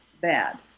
bad